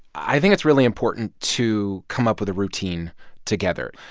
i think it's really important to come up with a routine together.